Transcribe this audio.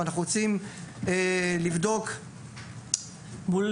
אנחנו רוצים לבדוק מול